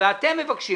ואתם מבקשים,